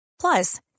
Plus